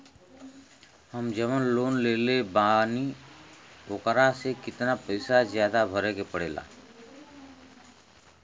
हम जवन लोन लेले बानी वोकरा से कितना पैसा ज्यादा भरे के पड़ेला?